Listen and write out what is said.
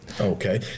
Okay